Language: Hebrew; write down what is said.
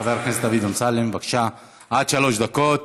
חבר הכנסת דוד אמסלם, בבקשה, עד שלוש דקות.